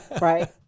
right